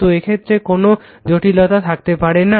তো এক্ষেত্রে কোনো জটিলতা থাকতে পারে না